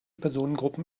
personengruppen